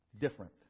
different